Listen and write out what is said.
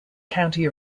county